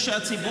זאת העובדה.